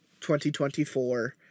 2024